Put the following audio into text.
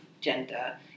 gender